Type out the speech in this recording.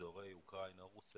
מאזורי אוקראינה או רוסיה,